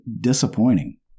disappointing